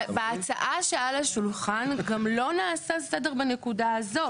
בהצעה שעל השולחן גם לא נעשה סדר בנקודה הזאת.